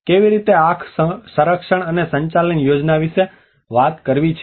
કેવી રીતે આખ સંરક્ષણ અને સંચાલન યોજના વિશે વાત કરવી છે